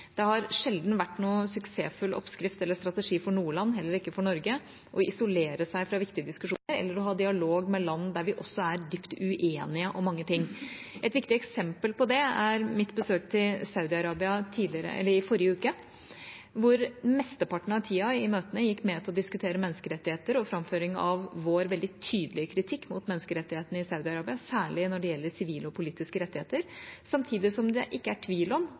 Det har sjelden vært en suksessfylt oppskrift eller strategi for noe land – heller ikke for Norge – å isolere seg fra viktige diskusjoner eller ikke å ha dialog med land som vi er dypt uenige om mye med. Et viktig eksempel på det er mitt besøk til Saudi-Arabia i forrige uke, hvor mesteparten av tida i møtene gikk med til å diskutere menneskerettigheter og framføre vår veldig tydelige kritikk av menneskerettighetsbruddene i Saudi-Arabia, særlig når det gjelder sivile og politiske rettigheter. Samtidig er det ikke tvil om